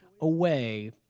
away